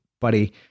buddy